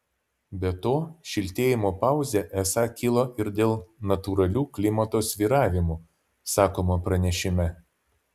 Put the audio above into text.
be to šiltėjimo pauzė esą kilo ir dėl natūralių klimato svyravimų sakoma pranešime